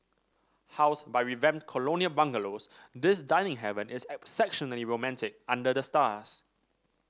housed by revamped colonial bungalows this dining haven is exceptionally romantic under the stars